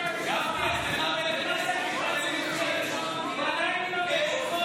מה זה משנה, הוא עדיין עם המריצות.